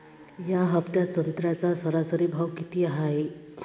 या हफ्त्यात संत्र्याचा सरासरी भाव किती हाये?